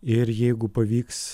ir jeigu pavyks